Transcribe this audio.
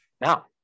now